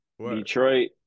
Detroit